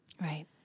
Right